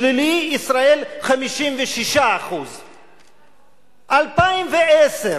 שלילי על ישראל, 56%. 2010: